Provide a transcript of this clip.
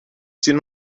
seen